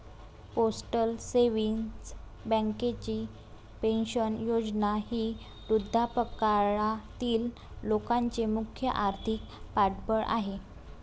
postal savings बँकेची pension योजना ही वृद्धापकाळातील लोकांचे मुख्य आर्थिक पाठबळ आहे